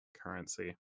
currency